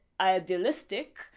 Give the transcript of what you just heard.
idealistic